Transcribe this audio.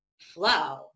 flow